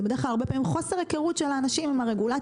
זה בדרך כלל הרבה פעמים חוסר היכרות של האנשים עם הרגולציה